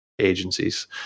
agencies